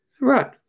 Right